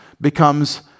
becomes